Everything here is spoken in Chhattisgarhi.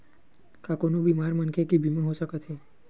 का कोनो बीमार मनखे के बीमा हो सकत हे?